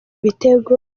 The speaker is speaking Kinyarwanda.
ibitego